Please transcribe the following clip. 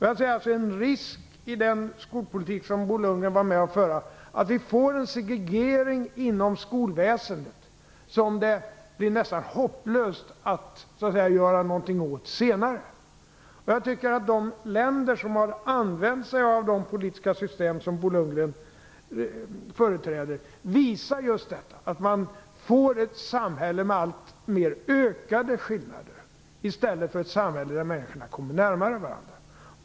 Jag ser en risk i den skolpolitik som Bo Lundgren var med om att föra att vi får en segregering inom skolväsendet som det blir nästan hopplöst att göra någonting åt senare. De länder som har använts sig av de politiska system som Bo Lundgren företräder visar just att man får ett samhälle med alltmer ökade skillnader i stället för ett samhälle där människorna kommer närmare varandra.